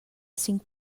cinc